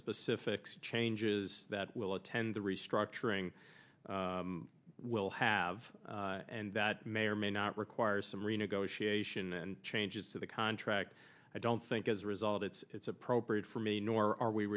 specific changes that will attend the restructuring will have and that may or may not require some renegotiation and changes to the contract i don't think as a result it's appropriate for me nor are we